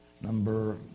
number